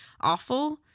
awful